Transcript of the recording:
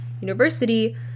university